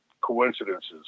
coincidences